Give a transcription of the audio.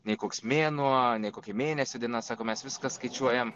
nei koks mėnuo nei kokia mėnesio diena sako mes viską skaičiuojam